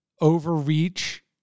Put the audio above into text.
overreach